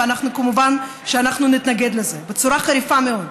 וכמובן אנחנו נתנגד לזה בצורה חריפה ביותר,